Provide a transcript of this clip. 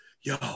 Yo